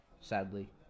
sadly